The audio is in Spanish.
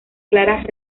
claras